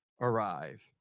arrive